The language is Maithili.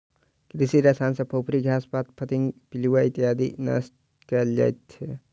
कृषि रसायन सॅ फुफरी, घास पात, फतिंगा, पिलुआ इत्यादिके नष्ट कयल जाइत छै